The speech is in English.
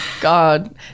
God